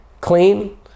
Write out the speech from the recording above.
clean